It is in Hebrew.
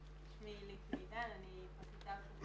שהן מודות שהן לא יודעות לעשות את זה והן נעזרות בגוף